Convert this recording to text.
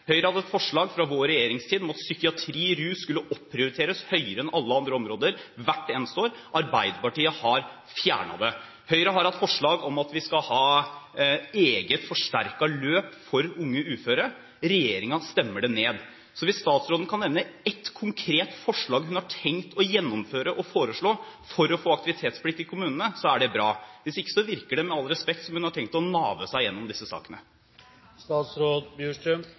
Høyre hadde et forslag i sin regjeringstid om at psykiatri og rus skulle oppprioriteres, høyere enn alle andre områder hvert eneste år. Arbeiderpartiet har fjernet det. Høyre har hatt forslag om at vi skal ha et eget forsterket løp for unge uføre. Regjeringspartiene stemmer det ned. Så hvis statsråden kan nevne ett konkret forslag hun har tenkt å gjennomføre, å foreslå, for å få aktivitetsplikt i kommunene, er det bra. Hvis ikke virker det, med all respekt, som om hun har tenkt å «nave» seg gjennom disse